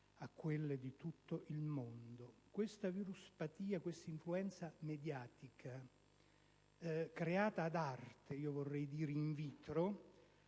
a quelle di tutto il mondo. Questa "viruspatia", questa influenza mediatica creata ad arte (vorrei quasi dire